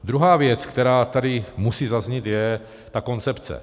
Druhá věc, která tady musí zaznít, je ta koncepce.